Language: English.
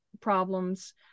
problems